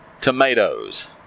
tomatoes